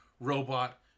robot